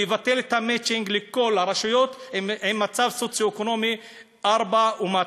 לבטל את המצ'ינג לכל הרשויות במצב סוציו-אקונומי 4 ומטה.